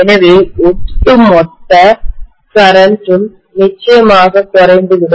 எனவே ஒட்டுமொத்த கரண்ட்மின்னோட்டமும் நிச்சயமாக குறைந்துவிடும்